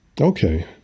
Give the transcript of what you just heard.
Okay